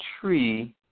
tree